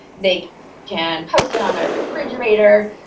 they can post it on their refrigerator,